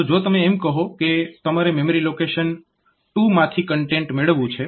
તો જો તમે એમ કહો કે તમારે મેમરી લોકેશન 2 માંથી કન્ટેન્ટ મેળવવું છે